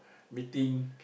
meeting